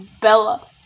Bella